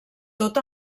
tot